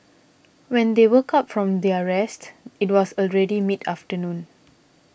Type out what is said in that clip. when they woke up from their rest it was already mid afternoon